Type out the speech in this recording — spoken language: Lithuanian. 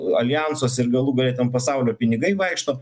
aljansuose ir galų gale ten pasaulio pinigai vaikšto